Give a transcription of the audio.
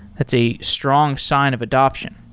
that's a strong sign of adaption.